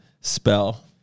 spell